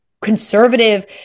conservative